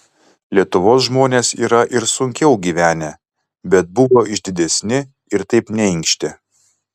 lietuvos žmonės yra ir sunkiau gyvenę bet buvo išdidesni ir taip neinkštė